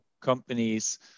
companies